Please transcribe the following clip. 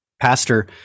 pastor